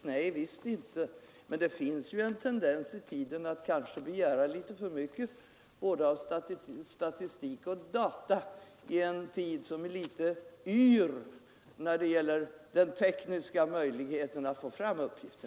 Nej, det har vi inte, men det finns en tendens att begära litet för mycket statistik och data i en tid som är litet yr när det gäller den tekniska möjligheten att få fram uppgifter.